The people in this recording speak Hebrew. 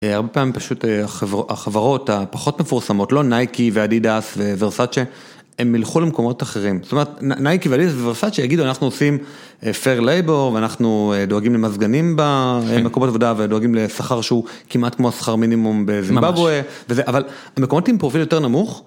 הרבה פעמים פשוט החברות הפחות מפורסמות, לא נייקי ואדידס וורסאצ'ה, הם ילכו למקומות אחרים. זאת אומרת, נייקי ואדידס וורסאצ'ה יגידו, אנחנו עושים פייר לייבור, ואנחנו דואגים למזגנים במקומות עבודה, ודואגים לסחר שהוא כמעט כמו הסחר מינימום בזימבאבווה, אבל המקומות עם פרופיל יותר נמוך.